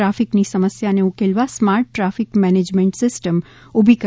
ટ્રાફીકની સમસ્યાને ઉકેલવા smart traffic management system ઉભી કરાશે